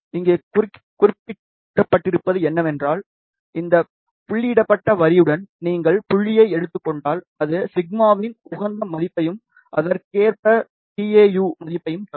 இங்கே குறிப்பிடப்பட்டிருப்பது என்னவென்றால் இந்த புள்ளியிடப்பட்ட வரியுடன் நீங்கள் புள்ளியை எடுத்துக் கொண்டால் அது சிக்மாவின் உகந்த மதிப்பையும் அதற்கேற்ப டிஎயு மதிப்பையும் தரும்